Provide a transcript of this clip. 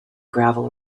gravel